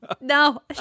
no